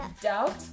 doubt